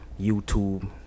youtube